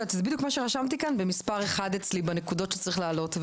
זה בדיוק מה שרשמתי כאן במספר אחד אצלי בנקודות שצריך להעלות,